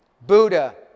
Buddha